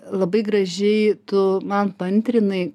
labai gražiai tu man paantrinai